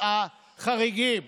החריגים